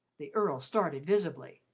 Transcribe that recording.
the earl started visibly.